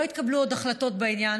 עוד לא התקבלו החלטות בעניין.